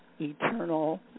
eternal